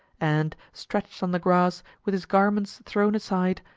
and, stretched on the grass, with his garments thrown aside,